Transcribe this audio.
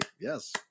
yes